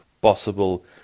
possible